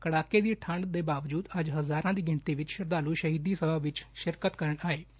ਕੜਾਕੇ ਦੀ ਠੰਡ ਦੇ ਬਾਵਜੁਦ ਅੱਜ ਹਜਾਰਾ ਦੀ ਗਿਣਤੀ ਵਿਚ ਸ਼ਰਧਾਲੂ ਸਹੀਦੀ ਸਭਾ ਵਿਚ ਸ਼ਿਰਕਤ ਕਰਨ ੱਆਏ